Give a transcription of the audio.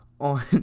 on